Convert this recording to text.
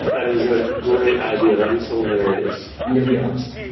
that is a great idea. that is hilarious. i'm gonna be honest.